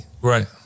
Right